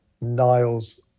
Niles